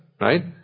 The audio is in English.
right